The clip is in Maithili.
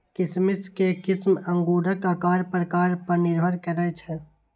किशमिश के किस्म अंगूरक आकार प्रकार पर निर्भर करै छै